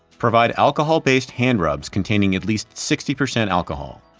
provide alcohol based hand rubs containing at least sixty percent alcohol.